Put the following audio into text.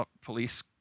police